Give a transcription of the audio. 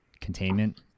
containment